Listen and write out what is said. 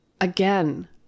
Again